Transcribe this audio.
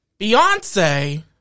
Beyonce